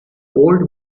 old